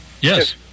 Yes